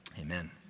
amen